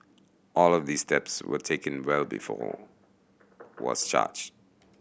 all of these steps were taken well before was charged